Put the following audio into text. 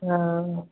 हॅं